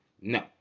no